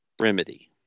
remedy